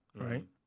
right